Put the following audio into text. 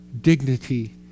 dignity